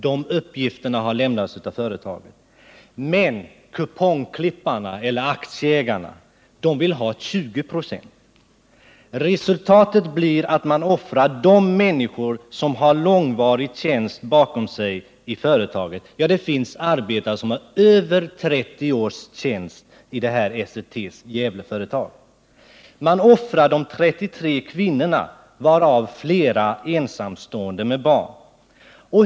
De uppgifterna har lämnats av företaget. Men kupongklipparna, eller aktieägarna, vill ha 20 96. Resultatet blir att man offrar de människor som har långvarig tjänst bakom sig i företaget. Det finns arbetare som har över 30 års tjänst i Esseltes Gävleföretag. Man offrar de 33 kvinnorna, av vilka flera ensamstående med barn.